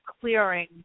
clearing